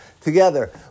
together